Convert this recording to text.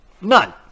None